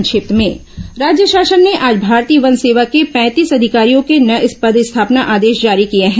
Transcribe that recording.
संक्षिप्त समाचार राज्य शासन ने आज भारतीय वन सेवा के पैंतीस अधिकारियों के नये पदस्थापना आदेश जारी किए हैं